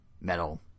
metal